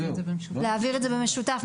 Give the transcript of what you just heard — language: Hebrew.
להעביר את זה במשותף,